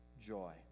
joy